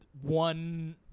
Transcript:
one